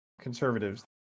conservatives